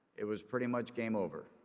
it was pretty much game over.